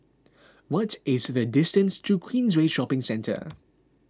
what is the distance to Queensway Shopping Centre